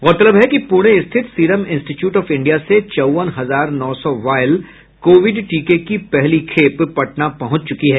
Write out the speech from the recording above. गौरतलब है कि पुणे स्थित सीरम इन्स्ट्टीयूट ऑफ इंडिया से चौवन हजार नौ सौ वाइल कोविड टीके की पहली खेप पटना पहुंच चुकी है